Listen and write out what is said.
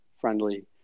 friendly